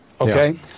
Okay